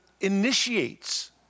initiates